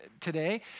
today